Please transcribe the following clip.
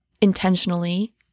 intentionally